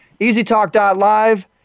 easytalk.live